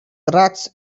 tracts